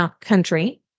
Country